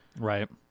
Right